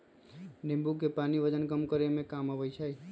नींबू के पानी वजन कम करे में काम आवा हई